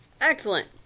Excellent